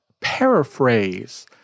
paraphrase